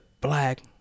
black